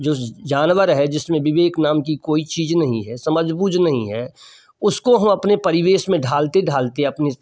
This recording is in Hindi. जो जानवर है जिसमें विवेक नाम की कोई चीज़ नहीं है समझ बूझ नहीं है उसको हम अपने परिवेश में ढालते ढालते अपनी